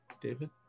David